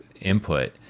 input